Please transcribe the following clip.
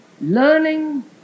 learning